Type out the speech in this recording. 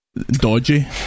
dodgy